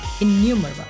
innumerable